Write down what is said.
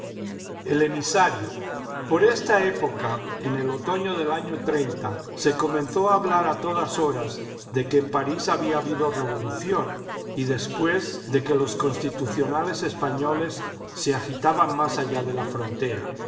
el emisario por esta época en el otoño del año se comenzó a hablar a todas horas de que en parís había habido revolución y después de que los constitucionales españoles se agitaban más allá de la frontera